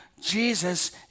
Jesus